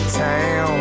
town